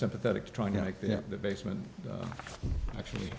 sympathetic to trying to make the basement actually